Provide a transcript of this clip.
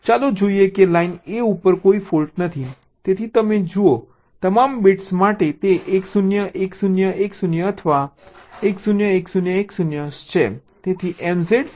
ચાલો જોઈએ કે લાઈન a ઉપર કોઈ ફોલ્ટ નથી તેથી તમે જુઓ તમામ બિટ્સ માટે તે 1 0 1 0 1 0 અથવા 1 0 1 0 1 0 છે